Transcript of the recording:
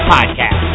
Podcast